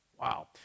Wow